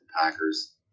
Packers